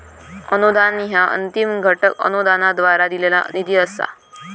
अनुदान ह्या अंतिम घटक अनुदानाद्वारा दिलेला निधी असा